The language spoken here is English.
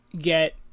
get